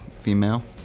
female